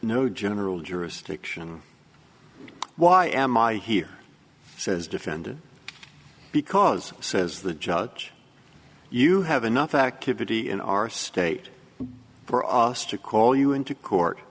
no general jurisdiction why am i here says defendant because says the judge you have enough activity in our state for us to call you into court